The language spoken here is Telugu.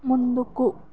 ముందుకు